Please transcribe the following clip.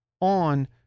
on